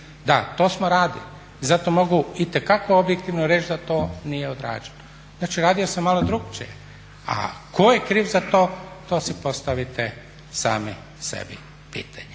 Da, to smo radili i zato mogu itekako objektivno reći da to nije odrađeno. Znači radilo se malo drukčije. A tko je kriv za to, to si postavite sami sebi pitanje.